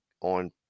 on